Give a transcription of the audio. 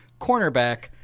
cornerback